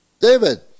David